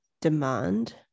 demand